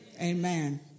Amen